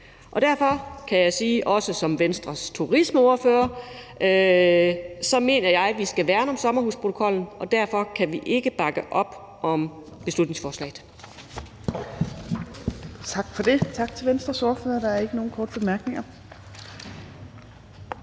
Derfor kan jeg, også som Venstres turismeordfører, sige, at jeg mener, at vi skal værne om sommerhusprotokollen, og derfor kan vi ikke bakke op om beslutningsforslaget.